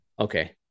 okay